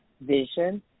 vision